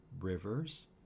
rivers